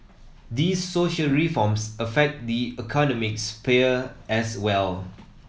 these social reforms affect the economic sphere as well